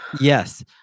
Yes